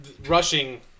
rushing